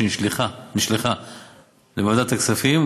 שנשלחה,